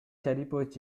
шарипович